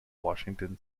washington